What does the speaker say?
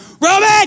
Roman